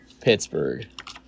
Pittsburgh